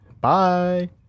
Bye